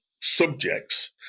subjects